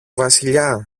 βασιλιά